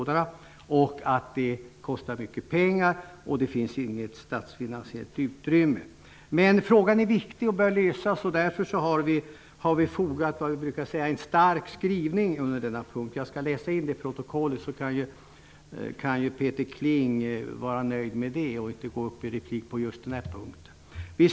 Det skulle kosta mycket pengar, och det finns ju inget statsfinansiellt utrymme. Men frågan är viktig och bör lösas, och därför har utskottet vad vi brukar kalla en stark skrivning på denna punkt. Jag skall läsa in denna skrivning till protokollet. Då kan Peter Kling vara nöjd med det och underlåta att begära replik beträffande just denna sak.